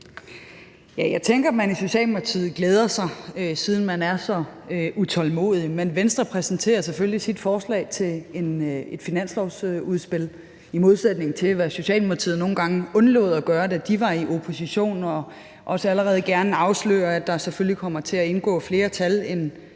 Jeg tænker, at man i Socialdemokratiet glæder sig, siden man er så utålmodig, men Venstre præsenterer selvfølgelig sit finanslovsudspil – i modsætning til Socialdemokratiet, der nogle gange undlod at gøre det, da de var i opposition. Og jeg vil også allerede gerne afsløre, at der selvfølgelig kommer til at indgå flere tal end